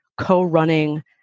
co-running